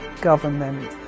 government